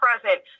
present